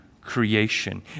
creation